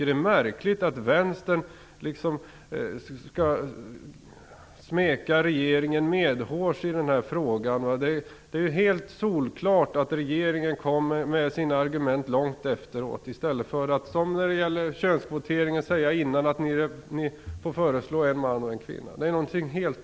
Det är märkligt att Vänstern smeker regeringen medhårs i den här frågan. Det är solklart att regeringen kom med sina argument långt i efterhand. Det är något helt annat att som när det gäller könskvoteringen säga i förväg att det får föreslås en man och en kvinna.